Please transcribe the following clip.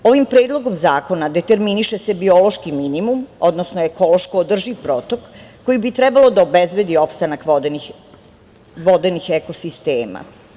Ovim predlogom zakona determiniše se biološki minimum, odnosno ekološko održiv protok koji bi trebalo da obezbedi opstanak vodenih ekosistema.